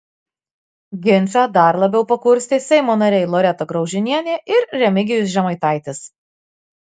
ginčą dar labiau pakurstė seimo nariai loreta graužinienė ir remigijus žemaitaitis